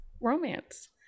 romance